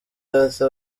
arthur